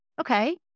okay